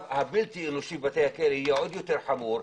הבלתי אנושי בבתי הכלא יהיה עוד יותר חמור,